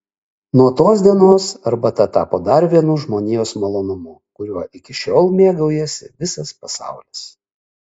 nuo tos dienos arbata tapo dar vienu žmonijos malonumu kuriuo iki šiol mėgaujasi visas pasaulis